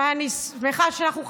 ואני שמחה שאנחנו חברים,